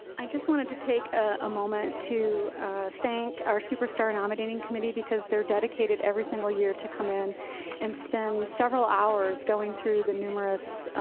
i just wanted to take a moment to thank our super star nominating committee, because they're dedicated every single year to come in and spend several hours going through the numerous